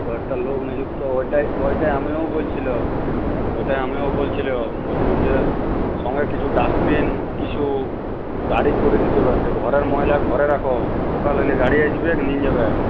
কয়েকটা লোক নিযুক্ত ওইটাই ওইটাই আমিও বলছিলাম ওইটাই আমিও বলছিলাম বলছিলাম যে সঙ্গে কিছু ডাস্টবিন কিছু গাড়ি করে দিতে পারি যে ঘরের ময়লা ঘরে রাখো সকাল হলে গাড়ি আসবে নিয়ে যাবে